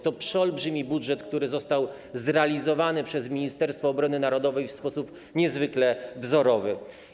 To przeolbrzymi budżet, który został zrealizowany przez Ministerstwo Obrony Narodowej w sposób niezwykle wzorowy.